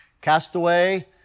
Castaway